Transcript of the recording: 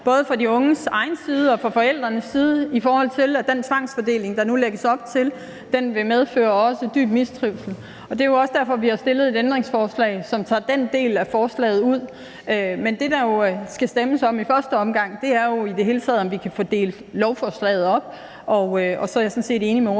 en massiv bekymring både fra de unges egen side og fra forældrenes side i forhold til, at den tvangsfordeling, der nu lægges op til, også vil medføre en dyb mistrivsel, og det er jo også derfor, vi har stillet et ændringsforslag, som tager den del af forslaget ud. Men det, der skal stemmes om i første omgang, er jo i det hele taget, om vi kan få delt lovforslaget op, og så er jeg og ordføreren sådan set